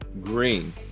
Green